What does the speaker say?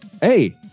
Hey